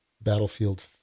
battlefield